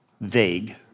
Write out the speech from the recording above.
vague